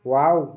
wow